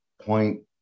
point